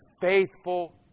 faithful